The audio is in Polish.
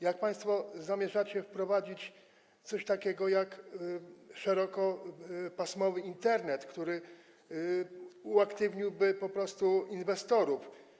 Jak państwo zamierzacie wprowadzić coś takiego jak szerokopasmowy Internet, który uaktywniłby inwestorów?